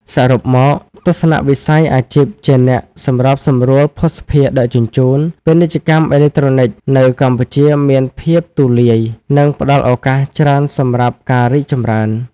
សរុបមក ទស្សនវិស័យអាជីពជាអ្នកសម្របសម្រួលភស្តុភារដឹកជញ្ជូន ពាណិជ្ជកម្មអេឡិចត្រូនិក នៅកម្ពុជាមានភាពទូលាយ និងផ្តល់ឱកាសច្រើនសម្រាប់ការរីកចម្រើន។